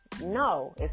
no